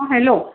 हा हॅलो